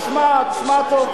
תשמע טוב,